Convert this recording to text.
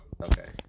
Okay